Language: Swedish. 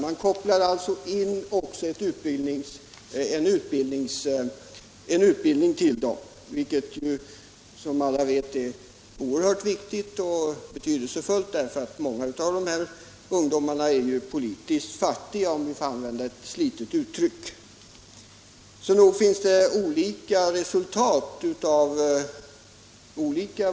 140 Man kopplar alltså även in en utbildning för dem, vilket ju som alla vet är oerhört betydelsefullt därför att många av dessa ungdomar är — för att använda ett slitet uttryck — politiskt fattiga.